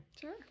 Sure